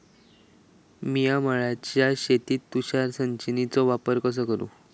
मिया माळ्याच्या शेतीत तुषार सिंचनचो वापर कसो करू?